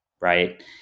right